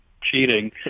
cheating